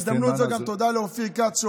בהזדמנות זאת אומר תודה לאופיר כץ,